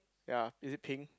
ya is it pink